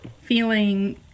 Feeling